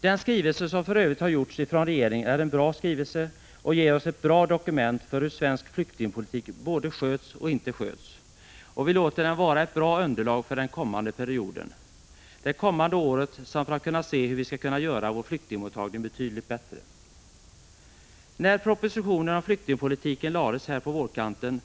Den skrivelse som för övrigt har utarbetats av regeringen är bra och ger oss en god dokumentation om både hur svensk flyktingpolitik sköts och hur den inte sköts, och den kan utgöra ett bra underlag för det kommande året vad gäller hur vi skall kunna göra vår flyktingmottagning betydligt bättre. När propositionen om flyktingpolitiken lades fram på vårkanten